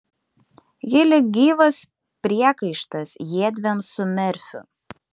ji lyg gyvas priekaištas jiedviem su merfiu